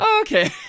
Okay